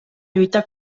lluita